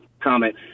comment